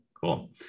Cool